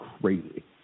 crazy